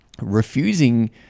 refusing